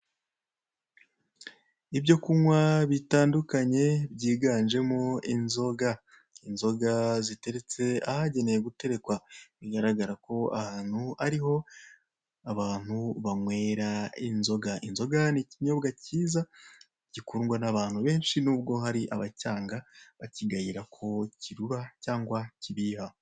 Ibyo kunywa bitandukanye byiganjemo inzoga. Inzoga ziteretse ahagenewe guterekwa, bigaragara ko ahantu ariho abantu banywera inzoga. Inzoga ni ikinyobwa cyiza gikundwa n'abantu benshi, n'ubwo hari abacyanga bakigayira ko kirura cyangwa kibiha.